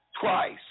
twice